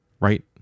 right